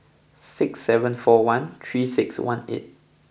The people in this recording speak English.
six seven four one three six one eight